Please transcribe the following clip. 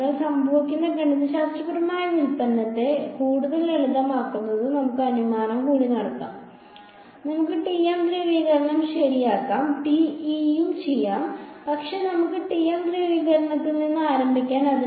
അതിനാൽ സംഭവിക്കുന്ന ഗണിതശാസ്ത്രപരമായ വ്യുൽപ്പന്നത്തെ കൂടുതൽ ലളിതമാക്കുന്നതിന് നമുക്ക് ഒരു അനുമാനം കൂടി നടത്താം നമുക്ക് TM ധ്രുവീകരണം ശരിയാക്കാം TE യും ചെയ്യാം പക്ഷേ നമുക്ക് TM ധ്രുവീകരണത്തിൽ നിന്ന് ആരംഭിക്കാം